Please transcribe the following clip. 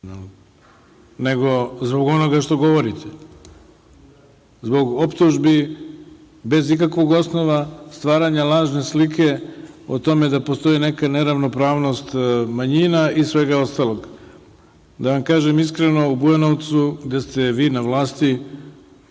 nego zbog onoga što govorite, zbog optužbi bez ikakvog osnova stvaranja lažne slike da postoji neka neravnopravnost manjina i svega ostalog, da vam kažem iskreno, u Bujanovcu gde ste vi na vlasti